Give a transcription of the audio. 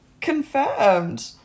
Confirmed